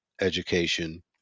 education